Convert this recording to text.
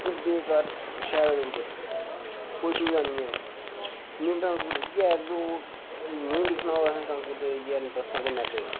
बेकार शैह्र ऐ उधमपुर कोई सुविधा निं ऐ मेन तां इ'यै रोड निं दिक्खना होऐ तां बस्सां ते मेटाडोरां